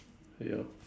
ya